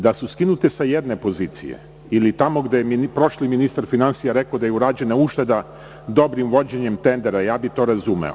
Da su skinute sa jedne pozicije, ili tamo gde je prošli ministar finansija rekao da je urađena ušteda dobrim vođenjem tendera, ja bih to razumeo.